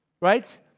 right